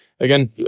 Again